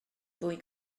fwy